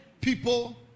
people